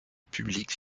publique